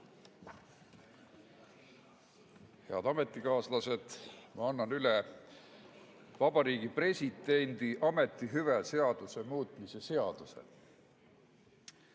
Head ametikaaslased! Ma annan üle Vabariigi Presidendi ametihüve seaduse muutmise seaduse.